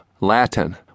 Latin